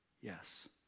Yes